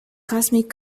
cosmic